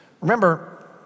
remember